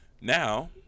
now